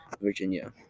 Virginia